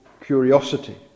curiosity